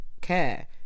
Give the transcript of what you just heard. care